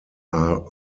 are